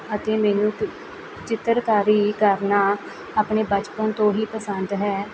ਅਤੇ ਮੈਨੂੰ ਕ ਚਿੱਤਰਕਾਰੀ ਕਰਨਾ ਆਪਣੇ ਬਚਪਨ ਤੋਂ ਹੀ ਪਸੰਦ ਹੈ